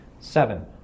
Seven